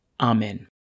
Amen